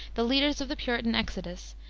the leaders of the puritan exodus,